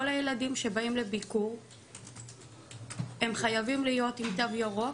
כל הילדים שבאים לביקור חייבים להיות עם תו ירוק,